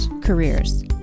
careers